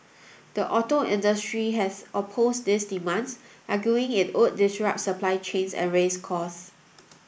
the auto industry has opposed these demands arguing it would disrupt supply chains and raise costs